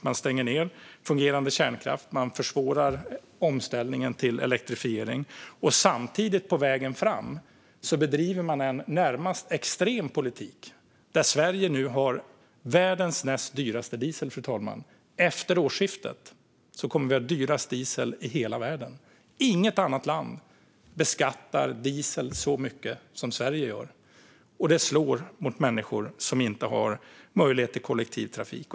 Man stänger ned fungerande kärnkraft, försvårar omställningen till elektrifiering och samtidigt bedriver man på vägen fram en närmast extrem politik där Sverige nu har världens näst dyraste diesel. Efter årsskiftet kommer vi att ha dyrast diesel i hela världen. Inget annat land beskattar diesel så mycket som Sverige gör, och det slår mot människor som inte har möjlighet till kollektivtrafik.